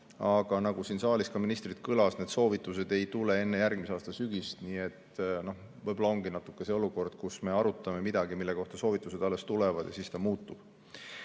Aga nagu siin saalis ka ministri suust kõlas, need soovitused ei tule enne järgmise aasta sügist. Nii et võib-olla ongi praegune olukord natuke selline, et me arutame midagi, mille kohta soovitused alles tulevad, ja siis ta muutub.